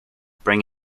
bring